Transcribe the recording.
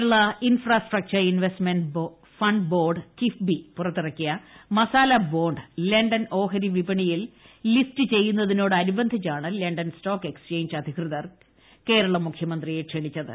Kerala infrastructure investment fund board KIIFB പുറത്തിറക്കിയ masala bond London ഓഹരി വിപണിയിൽ ലിസ്റ്റ് ചെയ്യുന്നതിനോട നുബന്ധിച്ചാണ് ലണ്ടൻ സ്റ്റോക്ക് എക്സ്ചേഞ്ച് അധികൃതർ കേരള മുഖ്യമന്ത്രിയെ ക്ഷണിച്ചത്